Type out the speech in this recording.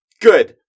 Good